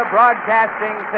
Broadcasting